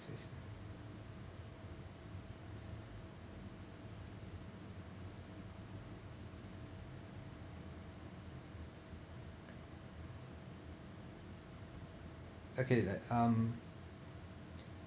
say okay like um